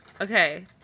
Okay